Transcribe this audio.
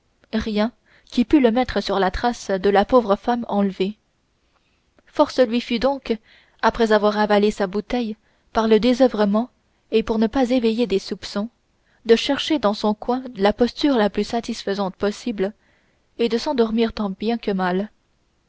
rien qui pût le mettre sur la trace de la pauvre femme enlevée force lui fut donc après avoir avalé sa bouteille par désoeuvrement et pour ne pas éveiller des soupçons de chercher dans son coin la posture la plus satisfaisante possible et de s'endormir tant bien que mal